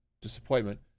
disappointment